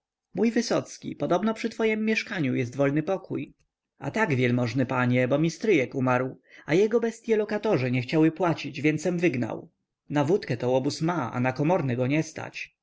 mój wysocki podobno przy twojem mieszkaniu jest wolny pokój a tak wielmożny panie bo mi stryjek umarł a jego bestye lokatorzy nie chciały płacić więcem wygnał na wódkę to łobuz ma a na komorne go nie stać